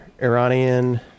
Iranian